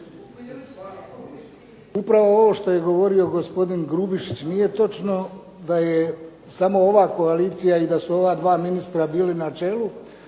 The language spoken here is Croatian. Upravo ovo što je govorio gospodin Grubišić, nije točno da je samo ova koalicija i da su ova 2 ministra bili na čelu